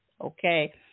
okay